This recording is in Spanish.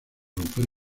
romper